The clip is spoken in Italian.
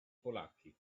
polacchi